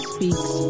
Speaks